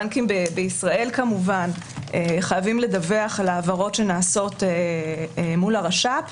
בנקים בישראל כמובן חייבים לדווח על העברות שנעשות מול הרש"פ.